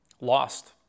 Lost